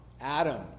Adam